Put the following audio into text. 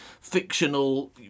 fictional